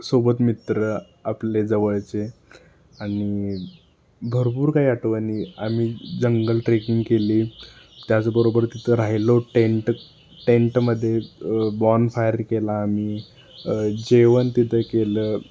सोबत मित्र आपले जवळचे आणि भरपूर काही आठवणी आम्ही जंगल ट्रेकिंग केली त्याचबरोबर तिथं राहिलो टेंट टेंटमध्ये बॉनफायर केला आम्ही जेवण तिथं केलं